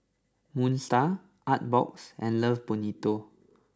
Moon Star Artbox and Love Bonito